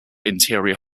interior